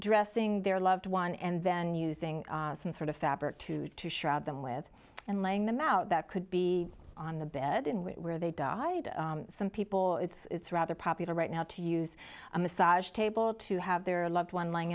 dressing their loved one and then using some sort of fabric two to shroud them with and laying them out that could be on the bed in which they died some people it's it's rather popular right now to use a massage table to have their loved one lying